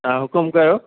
हा हुकुमु कयो